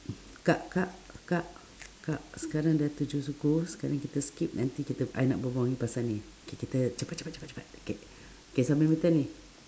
kak kak kak kak sekarang dah tujuh suku sekarang kita skip nanti kita I nak berbual ngan you pasal ni K kita cepat cepat cepat cepat K K siapa punya turn ni